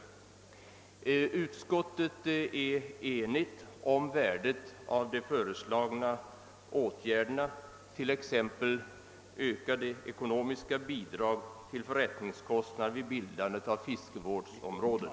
Utskottet är enigt då det gäller värdet av de föreslagna åtgärderna, t.ex. i fråga om ökade ekonomiska bidrag för bestridande av förrättningskostnader vid bildandet av fiskevårdsområden.